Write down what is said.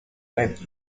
red